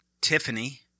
Tiffany